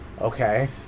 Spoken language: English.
Okay